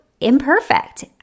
imperfect